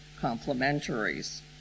complementaries